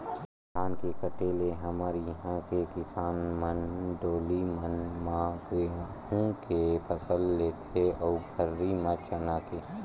धान के कटे ले हमर इहाँ के किसान मन डोली मन म गहूँ के फसल लेथे अउ भर्री म चना के